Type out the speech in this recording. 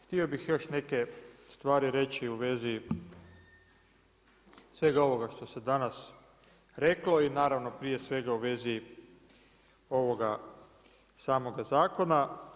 Htio bih još neke stvari reći u vezi svega ovoga što se danas reklo i naravno, prije svega u vezi ovoga samoga zakona.